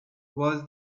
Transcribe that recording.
was